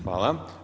Hvala.